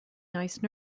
nice